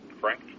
Frank